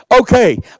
okay